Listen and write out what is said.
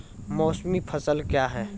मौसमी फसल क्या हैं?